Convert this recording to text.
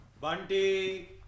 Bunty